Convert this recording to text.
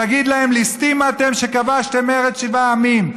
תגיד להם: ליסטים אתם שכבשתם ארץ שבעה עמים,